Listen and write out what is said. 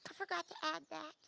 but forgot to add